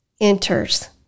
enters